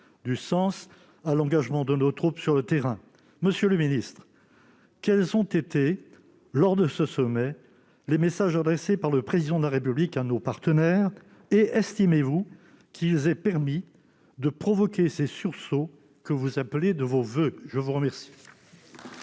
du sens, à l'engagement de nos troupes sur le terrain. Monsieur le secrétaire d'État, quels ont été, lors de ce sommet, les messages adressés par le Président de la République à nos partenaires ? Estimez-vous qu'ils ont permis de provoquer ces sursauts que vous appelez de vos voeux ? La parole